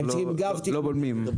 אנחנו לא בולמים.